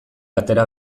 atera